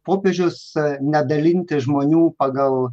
popiežius nedalinti žmonių pagal